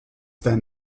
then